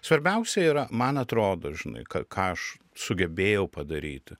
svarbiausia yra man atrodo žinai k ką aš sugebėjau padaryti